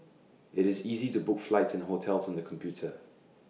IT is easy to book flights and hotels on the computer